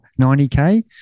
90k